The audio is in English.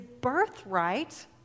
birthright